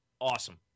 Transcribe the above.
Awesome